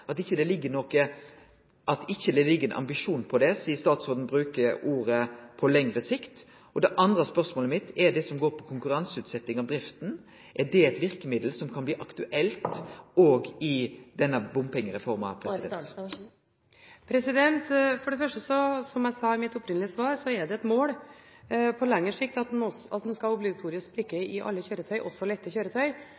statsråden bruker ordet «på lengre sikt»? Det andre spørsmålet mitt gjeld det som går på konkurranseutsetting av drifta. Er dette eit verkemiddel som kan bli aktuelt i denne bompengereforma? For det første er det, som jeg sa i mitt opprinnelige svar, et mål på lengre sikt å ha obligatorisk brikke i alle kjøretøy, også i lette kjøretøy, men det